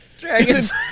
Dragons